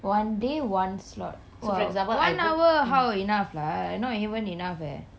one day one slot !wow! one hour how enough lah not even enough eh